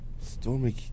Stormy